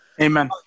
amen